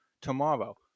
tomorrow